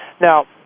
Now